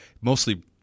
mostly